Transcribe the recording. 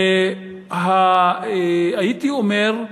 הייתי אומר,